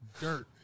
dirt